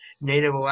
native